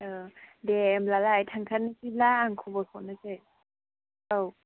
औ दे होमब्लालाय थांथारनोसैब्ला आं खबर हरनोसै औ